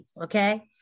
Okay